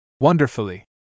Wonderfully